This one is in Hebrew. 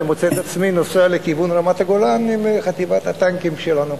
ואני מוצא את עצמי נוסע לכיוון רמת-הגולן עם חטיבת הטנקים שלנו.